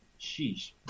Sheesh